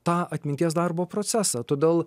tą atminties darbo procesą todėl